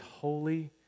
holy